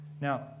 Now